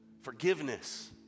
forgiveness